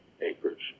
acres